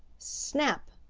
snap!